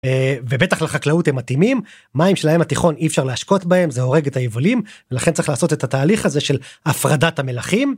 ובטח לחקלאות הם מתאימים. מים של הים התיכון אי אפשר להשקות בהם זה הורג את היבולים לכן צריך לעשות את התהליך הזה של הפרדת המלחים